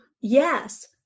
yes